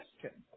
question